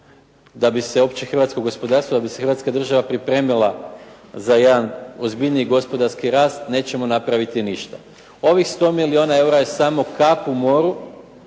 se uopće hrvatsko gospodarstvo, da bi se Hrvatska država pripremila za jedan ozbiljniji gospodarski rast, nećemo napraviti ništa. Ovih 100 milijuna eura je samo kap u moru